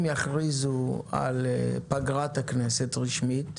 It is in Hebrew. אם יכריזו על פגרת הכנסת רשמית,